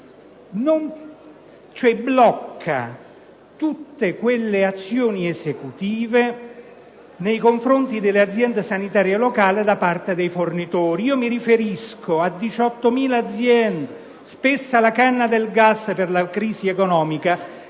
blocca tutte le azioni esecutive nei confronti delle aziende sanitarie locali da parte dei fornitori? Mi riferisco a 18.000 aziende, spesso alla canna del gas per la crisi economica,